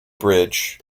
bridge